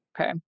Okay